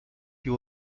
you